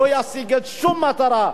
לא ישיג שום מטרה.